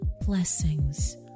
blessings